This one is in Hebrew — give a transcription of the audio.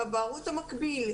בערוץ המקביל,